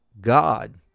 God